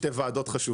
שתי ועדות חשובות.